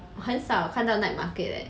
很少看到 night market leh